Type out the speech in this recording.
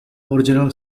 original